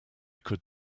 could